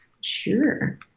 sure